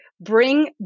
bring